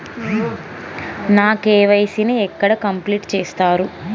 నా కే.వై.సీ ని ఎక్కడ కంప్లీట్ చేస్తరు?